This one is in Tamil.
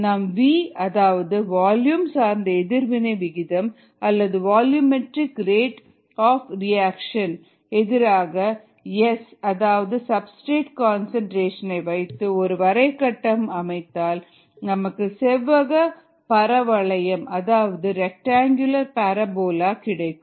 நாம் v அதாவது வால்யூம் சார்ந்த எதிர்வினை விகிதம் அல்லது வால்யூமெட்ரிக் ரேட் ஆஃப் ரியாக்சன் எதிராக எஸ் S அதாவது சப்ஸ்டிரேட் கன்சன்ட்ரேஷன் வைத்து ஒரு வரை கட்டம் அமைத்தால் நமக்கு செவ்வக பரவளையம் அதாவது ரெக்டங்குலர் பரபோல கிடைக்கும்